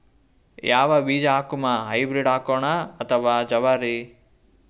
ಯಾವ ಬೀಜ ಹಾಕುಮ, ಹೈಬ್ರಿಡ್ ಹಾಕೋಣ ಅಥವಾ ಜವಾರಿ?